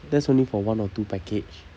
that's only for one or two package